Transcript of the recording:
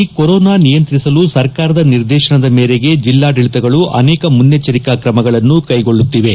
ರಾಜ್ಯದಲ್ಲಿ ಕೊರೊನಾ ನಿಯಂತ್ರಿಸಲು ಸರ್ಕಾರದ ನಿರ್ದೇಶನದ ಮೇರೆಗೆ ಜಿಲ್ಲಾಡಳತಗಳು ಅನೇಕ ಮುನ್ನೆಟ್ಟರಿಕಾ ಕ್ರಮಗಳನ್ನು ಕೈಗೊಳ್ಳುತ್ತಿವೆ